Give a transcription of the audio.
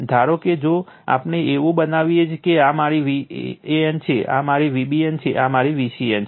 ધારો કે જો આપણે એવું બનાવીએ કે આ મારી Van છે આ મારી Vbn છે આ મારી Vcn છે